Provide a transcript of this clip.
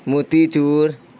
موتی چور